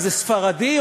אם ספרדי,